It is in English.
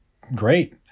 great